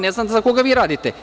Ne znam za koga vi radite.